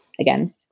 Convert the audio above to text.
again